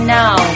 now